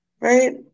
right